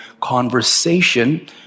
conversation